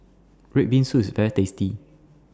Red Bean Soup IS very tasty